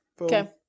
Okay